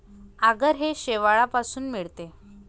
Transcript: आगर हे शेवाळापासून मिळते